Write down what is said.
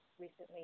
recently